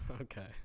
Okay